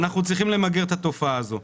אנחנו צריכים למגר את התופעה הזאת.